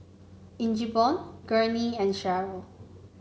Ingeborg Gurney and Cheryll